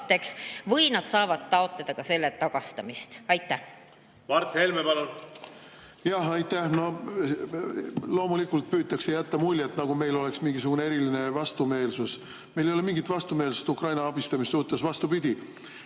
aga saab taotleda ka selle tagastamist. Mart Helme, palun! Mart Helme, palun! Aitäh! Loomulikult püütakse jätta muljet, nagu meil oleks mingisugune eriline vastumeelsus. Meil ei ole mingit vastumeelsust Ukraina abistamise suhtes. Vastupidi,